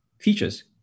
features